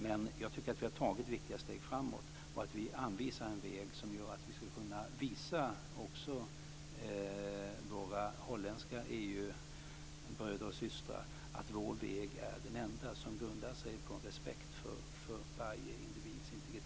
Men jag tycker att vi har tagit viktiga steg framåt och att vi anvisar en väg som gör att vi skulle kunna visa också våra holländska EU-bröder och - systrar att vår väg är den enda som grundar sig på respekt för varje individs integritet och rättighet.